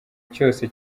cyose